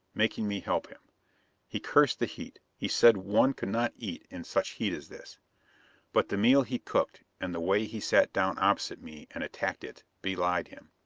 making me help him he cursed the heat he said one could not eat in such heat as this but the meal he cooked, and the way he sat down opposite me and attacked it, belied him.